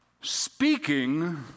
speaking